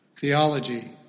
theology